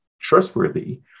trustworthy